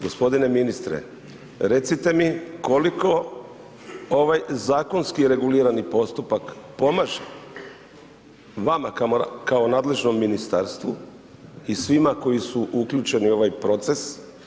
Gospodine ministre, recite mi koliko ovaj zakonski regulirani postupak pomaže vama kao nadležnom ministarstvu i svima koji su uključeni u ovaj proces?